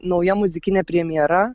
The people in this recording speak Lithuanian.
nauja muzikinė premjera